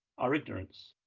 our ignorance.